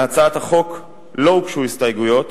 להצעת החוק לא הוגשו הסתייגויות,